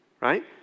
right